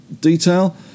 detail